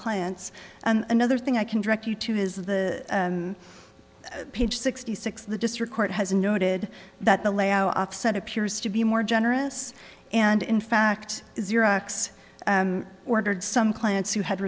clients and another thing i can direct you to his the page sixty six the district court has noted that the layoffs it appears to be more generous and in fact xerox ordered some clients who had